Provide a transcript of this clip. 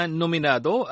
nominado